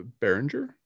Behringer